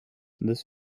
this